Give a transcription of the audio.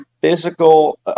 physical